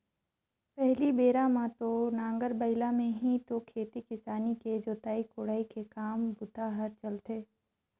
पहिली बेरा म तो नांगर बइला में ही तो खेती किसानी के जोतई कोड़ई के काम बूता हर चलथे